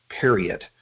period